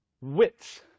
wits